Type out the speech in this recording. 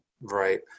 Right